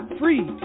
free